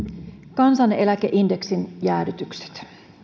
kansaneläkeindeksin jäädytykset